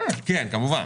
כמובן.